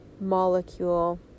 molecule